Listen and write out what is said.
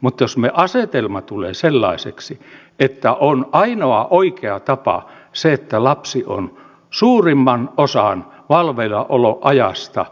mutta jos asetelma tulee sellaiseksi että on ainoa oikea tapa se että lapsi on suurimman osan valveillaoloajasta